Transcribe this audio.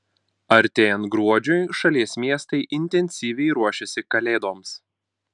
artėjant gruodžiui šalies miestai intensyviai ruošiasi kalėdoms